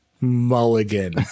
Mulligan